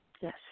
Yes